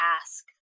ask